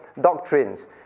doctrines